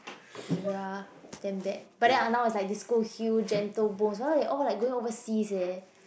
era damn bad but then uh now is like Disco Hue Gentle Bones now they all like going overseas eh